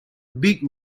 big